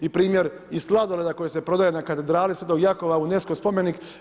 I primjer i sladoleda koji se prodaje na katedrali Sv. Jakova, UNESCO spomenik.